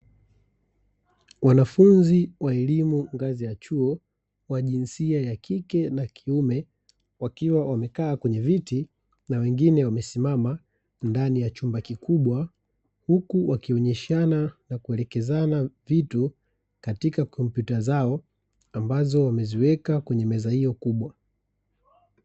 Wanafunzi wa elimu ngazi ya chuo wa jinsia ya kike na kiume, wakiwa wamekaa kwenye viti na wengine wamesimama ndani ya chumba kikubwa, huku wakionyeshana na kuelekezana vitu katika kompyuta zao ambazo wameziweka kwenye meza hiyo kubwa.